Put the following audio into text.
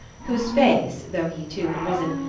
whose face, though he too had risen,